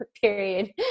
period